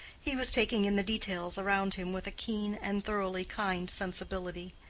he was taking in the details around him with a keen and thoroughly kind sensibility.